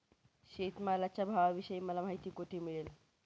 शेतमालाच्या भावाविषयी मला माहिती कोठे मिळेल?